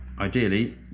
ideally